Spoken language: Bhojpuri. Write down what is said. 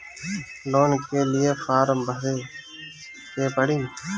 लोन के लिए फर्म भरे के पड़ी?